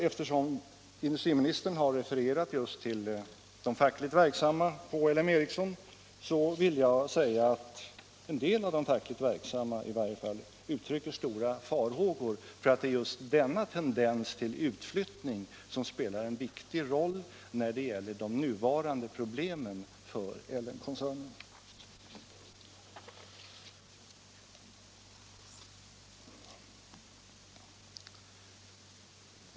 Eftersom industriministern har refererat till de fackligt verksamma på L M Ericsson vill jag säga att en del av de fackligt verksamma i varje fall uttrycker stora farhågor för att just denna tendens till utflyttning spelar en viktig roll när det gäller de nuvarande problemen för L M-koncernen.